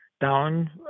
down